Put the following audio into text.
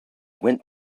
went